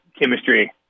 chemistry